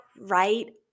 right